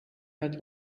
had